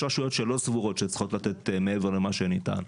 יש רשויות שלא סבורות שהן צריכות לתת מעבר למה שניתן,